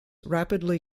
rapidly